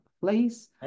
place